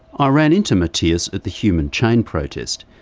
ah ran into matthias at the human chain protest,